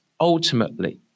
ultimately